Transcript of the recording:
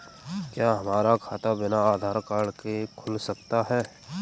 क्या हमारा खाता बिना आधार कार्ड के खुल सकता है?